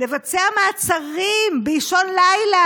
לבצע מעצרים באישון לילה,